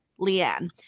Leanne